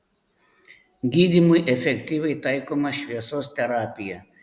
gydymui efektyviai taikoma šviesos terapija